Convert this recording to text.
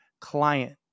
client